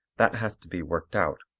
that has to be worked out,